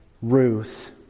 Ruth